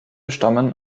stammen